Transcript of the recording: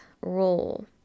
role